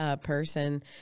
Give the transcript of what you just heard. person